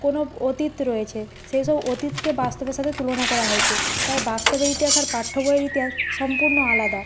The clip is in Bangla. কোনও অতীত রয়েছে সেই সব অতীতকে বাস্তবের সাথে তুলনা করা হয়েছে তাই বাস্তবের ইতিহাস আর পাঠ্য বইয়ের ইতিহাস সম্পূর্ণ আলাদা